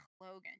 Logan